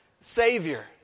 Savior